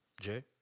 Jay